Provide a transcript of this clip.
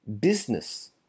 business